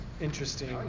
interesting